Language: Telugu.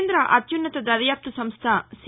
కేంద్ర అత్యున్నత దర్యాప్తు సంస్ట సి